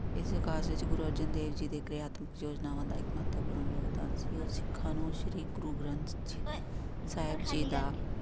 ਇਸ ਵਿੱਚ ਗੁਰੂ ਅਰਜਨ ਦੇਵ ਜੀ ਦੇ ਕਿਰਿਆਤਮਿਕ ਯੋਜਨਾਵਾਂ ਦਾ ਇੱਕ ਮਹੱਤਵਪੂਰਨ ਯੋਗਦਾਨ ਸੀ ਉਹ ਸਿੱਖਾਂ ਨੂੰ ਸ਼੍ਰੀ ਗੁਰੂ ਗ੍ਰੰਥ ਸਾਹਿਬ ਜੀ ਦਾ